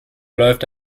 läuft